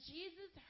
Jesus